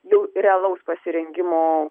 jau realaus pasirengimo